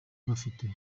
bafite